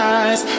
eyes